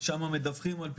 שמה מדווחים על פגיעות,